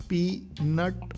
Peanut